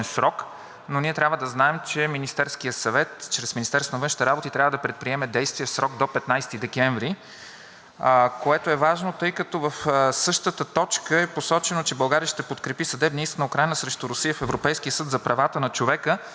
което е важно, тъй като в същата точка е посочено, че България ще подкрепи съдебния иск на Украйна срещу Русия в Европейския съд по правата на човека, но трябва да посочим, че срокът според Правилника на Съда по правата на човека вече е изтекъл. България и там ще трябва да направи допълнително усилие,